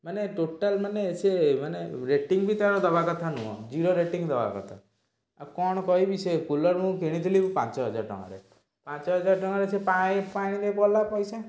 ମାନେ ଟୋଟାଲ୍ ମାନେ ସିଏ ମାନେ ରେଟିଙ୍ଗ୍ ବି ତା'ର ଦେବା କଥା ନୁହଁ ଜିରୋ ରେଟିଙ୍ଗ୍ ଦେବାକଥା ଆଉ କଣ କହିବି ସେ କୁଲର୍ ମୁଁ କିଣିଥିଲି ପାଞ୍ଚହଜାର ଟଙ୍କାରେ ପାଞ୍ଚହଜାର ଟଙ୍କାରେ ସେ ପାଣି ପାଣିରେ ଗଲା ପଇସା